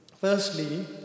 Firstly